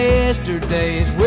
yesterday's